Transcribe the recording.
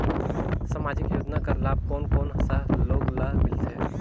समाजिक योजना कर लाभ कोन कोन सा लोग ला मिलथे?